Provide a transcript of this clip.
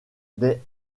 des